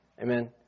Amen